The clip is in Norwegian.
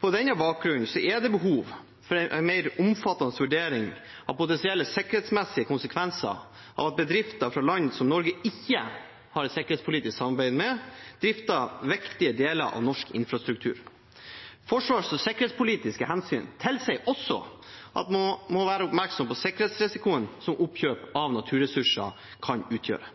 På denne bakgrunnen er det behov for en mer omfattende vurdering av potensielle sikkerhetsmessige konsekvenser av at bedrifter fra land som Norge ikke har et sikkerhetspolitisk samarbeid med, drifter viktige deler av norsk infrastruktur. Forsvars- og sikkerhetspolitiske hensyn tilsier også at man må være oppmerksom på sikkerhetsrisikoen som oppkjøp av naturressurser kan utgjøre.